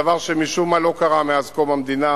דבר שמשום מה לא קרה מאז קום המדינה,